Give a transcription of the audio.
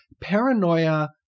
paranoia